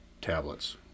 tablets